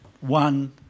one